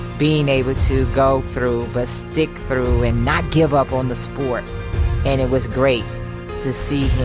being able to go through busting through and not give up on the sport and it was great to see him